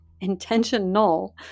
Intentional